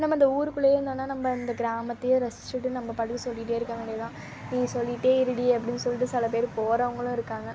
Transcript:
நம்ம இந்த ஊருக்குள்ளையே இருந்தோம்னால் நம்ப இந்த கிராமத்தையே ரசிச்சுட்டு நம்ப பாட்டுக்கு சொல்லிக்கிட்டே இருக்க வேண்டியதுதான் நீ சொல்லிக்கிட்டே இருடி அப்படினு சொல்லிவிட்டு சில பேர் போகிறவங்களும் இருக்காங்க